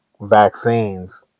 vaccines